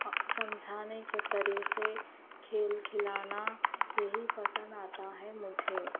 سمجھانے کے طریقے کھیل کھلانا یہی پسند آتا ہے مجھے